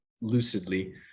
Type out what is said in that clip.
lucidly